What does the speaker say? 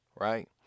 right